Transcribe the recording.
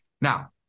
Now